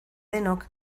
denok